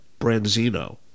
branzino